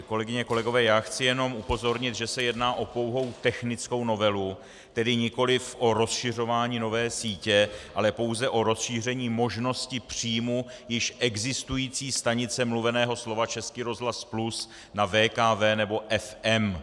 Kolegyně, kolegové, já chci jenom upozornit, že se jedná o pouhou technickou novelu, tedy nikoliv o rozšiřování nové sítě, ale pouze o rozšíření možností příjmu již existující stanice mluveného slova Český rozhlas Plus na VKV nebo FM.